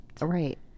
Right